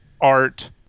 art